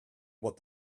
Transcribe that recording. what